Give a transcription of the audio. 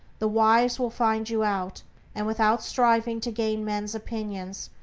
the wise will find you out and without striving to gain men's opinions,